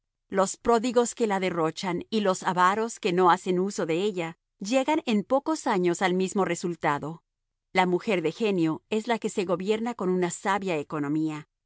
los pródigos que la derrochan y los avaros que no hacen uso de ella llegan en pocos años al mismo resultado la mujer de genio es la que se gobierna con una sabia economía